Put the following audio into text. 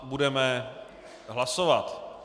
Budeme hlasovat.